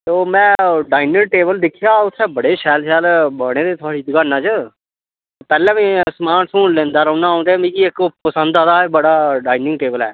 ते ओह् में डाइनिंग टेबल दिक्खेआ हा उत्थै बड़े शैल शैल बने दे थुआड़ी दकाना च पैह्ले बी समान समून लैंदा रौह्न्नां अ'ऊं ते मिकी इक ओह् पसंद आए दा बड़ा डाइनिंग टेबल ऐ